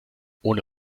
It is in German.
ohne